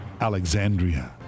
Alexandria